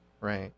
right